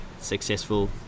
successful